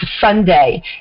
Sunday